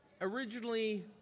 Originally